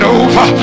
over